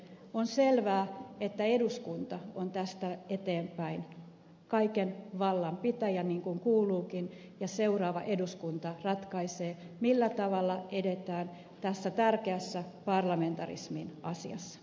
on selvää että eduskunta on tästä eteenpäin kaiken vallan pitäjä niin kuin kuuluukin ja seuraava eduskunta ratkaisee millä tavalla edetään tässä tärkeässä parlamentarismin asiassa